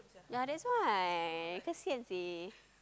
ya that's why kesian seh